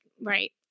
right